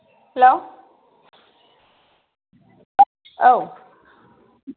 हेल' औ